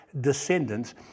descendants